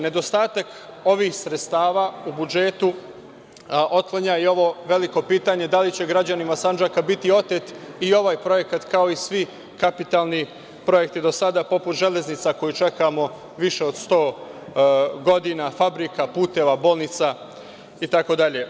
Nedostatak ovih sredstava u budžetu otklanja i ovo veliko pitanje da li će građanima Sandžaka biti otet i ovaj projekat, kao i svi kapitalni projekti do sada, poput „Železnica“ koju čekamo više od sto godina, fabrika, puteva, bolnica itd.